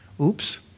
Oops